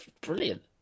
Brilliant